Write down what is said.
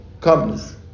comes